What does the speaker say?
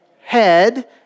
head